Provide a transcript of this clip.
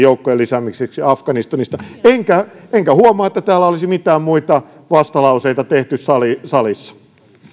joukkojen lisäämiseksi afganistanista enkä enkä huomaa että täällä olisi mitään muita vastalauseita tehty salissa